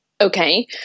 Okay